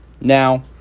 Now